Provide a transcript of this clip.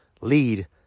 lead